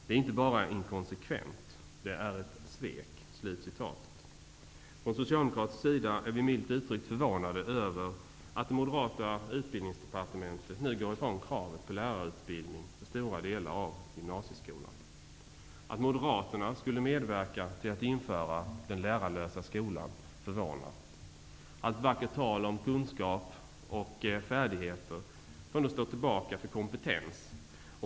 Det är inte bara inkonsekvent, det är ett svek!'' Från socialdemokratisk sida är vi milt uttryckt förvånade över att det moderata Utbildningsdepartementet nu går ifrån kravet på lärarutbildning för stora delar av gymnasieskolan. Att Moderaterna skulle medverka till att införa den lärarlösa skolan förvånar. Allt vackert tal om kunskap och färdigheter får nu stå tillbaka för kompetens.